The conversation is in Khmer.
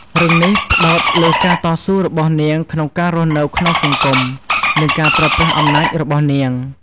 រឿងនេះផ្ដោតលើការតស៊ូរបស់នាងក្នុងការរស់នៅក្នុងសង្គម និងការប្រើប្រាស់អំណាចរបស់នាង។